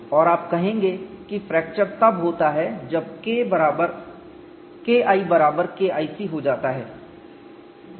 और आप कहेंगे कि फ्रैक्चर तब होता है जब KI बराबर KIC हो जाता है